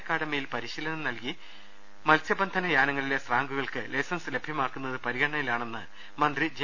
അക്കാഡമിയിൽ പരിശീലനം മ ഗൈൻ ന ൽ കി മത്സ്യബന്ധനയാനങ്ങളിലെ സ്രാങ്കുകൾക്ക് ലൈസൻസ് ലഭ്യമാക്കുന്നത് പരിഗണനയിലാണെന്ന് മന്ത്രി ജെ